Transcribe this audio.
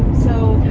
so.